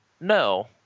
no